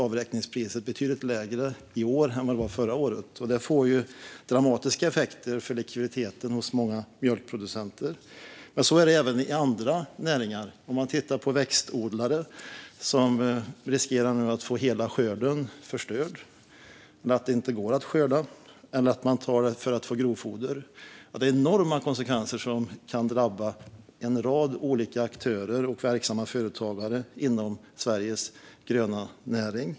Avräkningspriset är betydligt lägre i år än förra året. Det får dramatiska effekter för likviditeten hos många mjölkproducenter. Så är det även i andra näringar. Växtodlare riskerar nu att få hela skörden förstörd i och med att det inte går att skörda eller att de skördar för att få grovfoder. Det är enorma konsekvenser som kan drabba en rad olika aktörer och verksamma företagare inom Sveriges gröna näring.